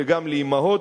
וגם לאמהות